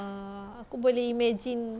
err aku boleh imagine